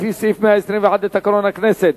לפי סעיף 121 לתקנון הכנסת,